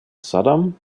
saddam